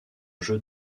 jeu